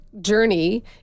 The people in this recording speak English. journey